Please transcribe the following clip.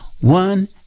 One